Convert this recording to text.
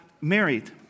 married